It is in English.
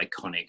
iconic